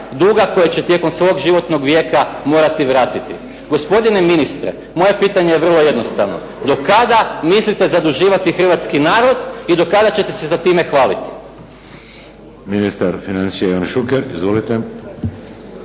duga koje će tijekom svog životnog vijeka morati vratiti? Gospodine ministre, moje je pitanje vrlo jednostavno. Do kada mislite zaduživati hrvatski narod i do kada ćete se s time hvaliti? **Šeks, Vladimir (HDZ)** Ministar financija Ivan Šuker. Izvolite.